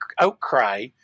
outcry